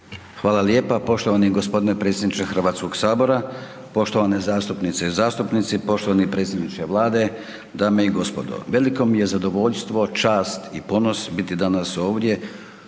Hvala lijepa poštovani g. predsjedniče HS-a. Poštovane zastupnice i zastupnici. Poštovani predsjedniče Vlade, dame i gospodo. Veliko mi je zadovoljstvo, čast i ponos biti danas ovdje